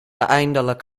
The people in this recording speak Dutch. eindelijk